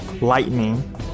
lightning